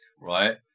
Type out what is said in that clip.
Right